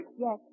Yes